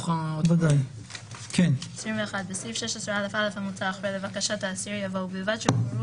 21. בסעיף 16א(א) המוצע אחרי "לבקשת האסיר" יבוא "ובלבד שהובהרו